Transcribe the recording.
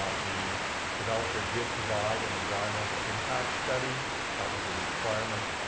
ah the developer did provide an environmental impact study that was a requirement